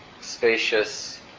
spacious